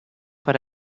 per